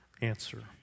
answer